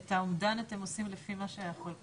את האומדן אתם עושים לפי מה שהחברות?